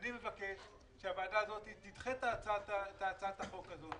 אני מבקש שהוועדה תדחה את הצעת החוק הזאת.